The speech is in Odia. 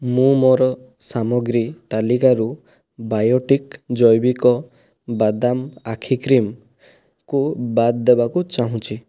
ମୁଁ ମୋର ସାମଗ୍ରୀ ତାଲିକାରୁ ବାୟୋଟିକ୍ ଜୈବିକ ବାଦାମ ଆଖି କ୍ରିମ୍କୁ ବାଦ୍ ଦେବାକୁ ଚାହୁଁଛି